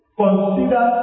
consider